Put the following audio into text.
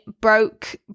broke